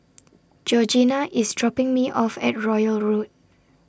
Georgina IS dropping Me off At Royal Road